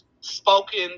spoken